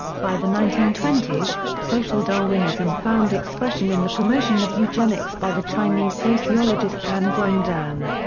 by the nineteen twenty s, social darwinism found expression in the promotion of eugenics by the chinese sociologist pan guangdan.